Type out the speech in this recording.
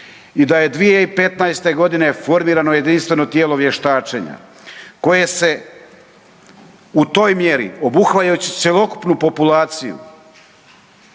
I da je 2015. g. formiramo jedinstveno tijelo vještačenja koje se u toj mjeri obuhvaćajući cjelokupnu populaciju,